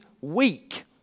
weak